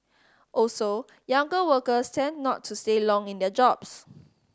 also younger workers tend not to stay long in their jobs